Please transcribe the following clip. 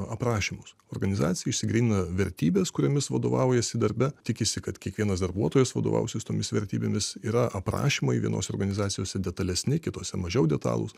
aprašymus organizacija išsigrynina vertybės kuriomis vadovaujasi darbe tikisi kad kiekvienas darbuotojas vadovautis tomis vertybėmis yra aprašymai vienose organizacijose detalesni kitose mažiau detalūs